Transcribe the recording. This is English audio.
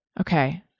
Okay